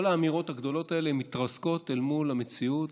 כל האמירות הגדולות האלה מתרסקות אל מול המציאות,